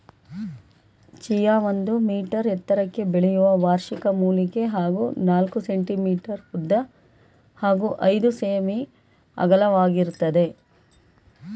chia ಒಂದು metre ಎತ್ತರಕ್ಕೆ ಬೆಳೆಯುವ ವಾರ್ಷಿಕ ಮೂಲಿಕೆ ಹಾಗೂ ನಾಲ್ಕು ಸೆ.ಮೀ ಉದ್ದ ಹಾಗೂ ಐದು ಸೆ.ಮೀ ಅಗಲವಾಗಿರ್ತದೆ